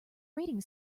rating